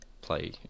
play